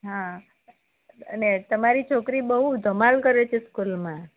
હા અને તમારી છોકરી બહુ ધમાલ કરે છે સ્કૂલમાં